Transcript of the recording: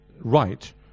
right